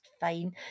fine